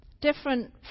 Different